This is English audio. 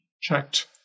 checked